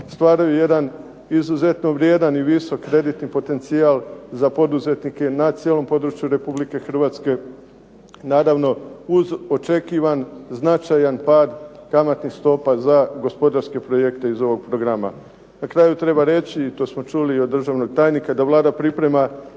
stvaraju jedan izuzetno vrijedan i visok kreditni potencijal za poduzetnike na cijelom području RH. Naravno uz očekivan značajan pad kamatnih stopa za gospodarske projekte iz ovog programa. Na kraju treba reći i to smo čuli i od državnog tajnika da Vlada priprema